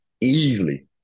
Easily